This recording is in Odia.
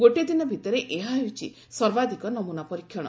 ଗୋଟିଏ ଦିନ ଭିତରେ ଏହା ହେଉଛି ସର୍ବାଧିକ ନମୁନା ପରୀକ୍ଷଣ